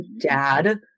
dad